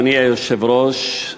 אדוני היושב-ראש,